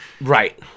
Right